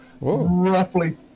roughly